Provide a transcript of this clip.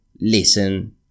listen